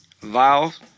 Valve